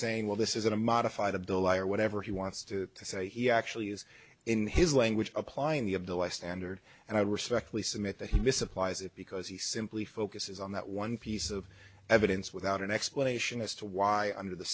saying well this is a modified a bill or whatever he wants to say he actually is in his language applying the of the last under and i respectfully submit that he misapplies it because he simply focuses on that one piece of evidence without an explanation as to why under the